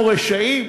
אנחנו רשעים.